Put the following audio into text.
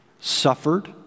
suffered